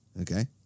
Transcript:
okay